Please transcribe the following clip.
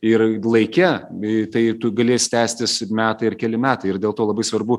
ir laike bei tai galės tęstis metai ir keli metai ir dėl to labai svarbu